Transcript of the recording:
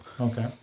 Okay